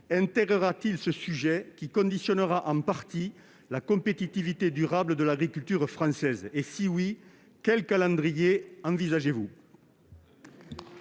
intégrera-t-il ce sujet, qui conditionne en partie la compétitivité durable de l'agriculture française ? Si oui, quel calendrier envisagez-vous ?